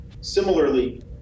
similarly